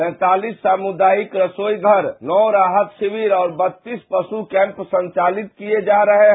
सैतालीस सामुदायिक रसोई पर भी राहत शिविर और बत्तीस पड्ड केम्प संचालित किये जा रहे है